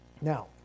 Now